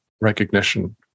recognition